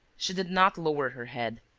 she did not lower her head.